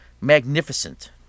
magnificent